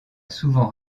souvent